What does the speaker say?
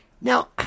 Now